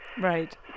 right